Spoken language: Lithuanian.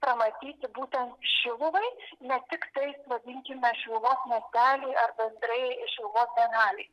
pramatyti būtent šiluvai ne tiktais vadinkime šiluvos miesteliui ar bendrai šiluvos bienalei